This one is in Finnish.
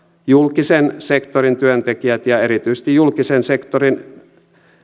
julkisen sektorin työntekijät ja erityisesti julkisen sektorin